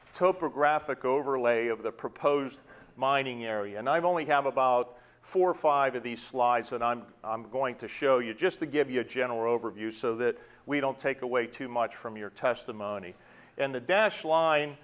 copra graphic overlay of the proposed mining area and i've only have about four or five of these slides and i'm going to show you just to give you a general overview so that we don't take away too much from your testimony and the dashed line